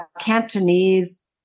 Cantonese